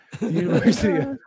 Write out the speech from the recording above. University